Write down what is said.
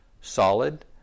solid